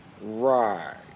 Right